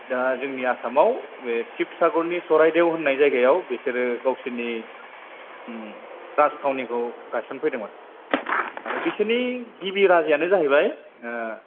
दा जोंनि आसामआव बे शिबसागरनि सराइदेव होननाय जायगायाव बिसोरो गावसिनि राजथावनिखौ गायस'नफैदोंमोन आरो बिसोरनि गिबि राजायानो जाहैबाय